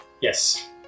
Yes